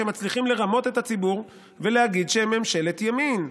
שמצליחים לרמות את הציבור ולהגיד שהם ממשלת ימין.